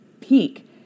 peak